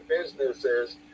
businesses